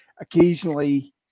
occasionally